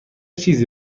چیزی